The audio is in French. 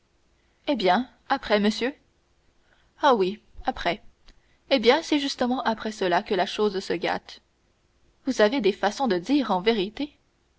eh bien après monsieur ah oui après eh bien c'est justement après cela que la chose se gâte vous avez des façons de dire en vérité